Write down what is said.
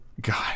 God